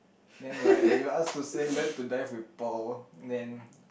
then like when you asked to say left to die with Paul and then